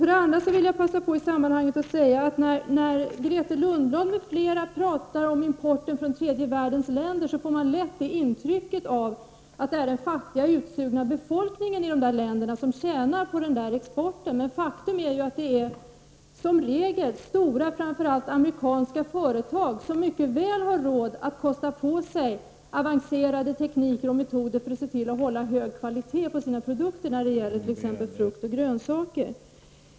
För det andra vill jag i det här sammanhanget passa på att säga att när Grethe Lundblad m.fl. talar om importen från tredje världens länder får man lätt intrycket att det är den fattiga och utsugna befolkningen som tjänar på exporten, men som regel är det stora amerikanska företag som mycket väl har råd att kosta på sig avancerade tekniker och metoder för att se till att hålla hög kvalitet på sina produkter, t.ex. när det gäller frukt och grönsaker.